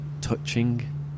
touching